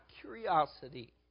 curiosity